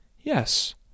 Yes